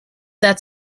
that